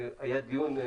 היה דיון,